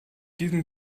diesem